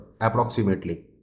approximately